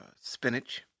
spinach